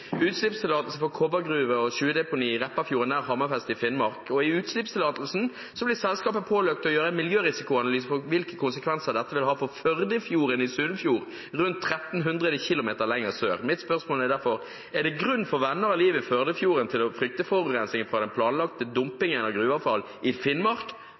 utslippstillatelse for kobbergruve og sjødeponi i Repparfjorden nær Hammerfest i Finnmark, og i utslippstillatelsen blir selskapet pålagt å gjøre en miljørisikoanalyse av hvilke konsekvenser dette vil ha for Førdefjorden i Sunnfjord, rundt 1 300 km lenger sør. Mitt spørsmål er derfor: Er det grunn for venner av livet i Førdefjorden til å frykte forurensning fra den planlagte dumpingen av gruveavfall i Finnmark,